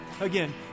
Again